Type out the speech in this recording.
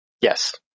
Yes